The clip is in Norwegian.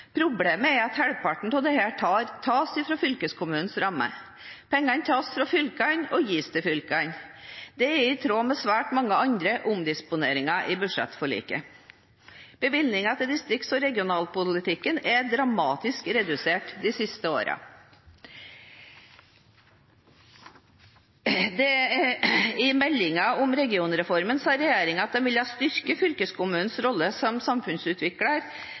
Problemet er at halvparten av dette tas fra fylkeskommunenes ramme. Pengene tas fra fylkene og gis til fylkene. Dette er i tråd med svært mange andre omdisponeringer i budsjettforliket. Bevilgningene til distrikts- og regionalpolitikk er dramatisk redusert de siste årene. I meldingen om regionreformen sa regjeringen at den ville styrke fylkeskommunenes rolle som samfunnsutvikler.